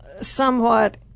somewhat